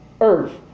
earth